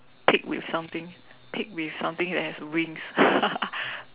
pig with something pig with something that has wings